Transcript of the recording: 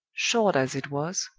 short as it was,